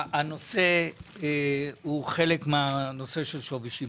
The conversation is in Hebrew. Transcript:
הנושא הוא חלק מהנושא של שווי שימוש,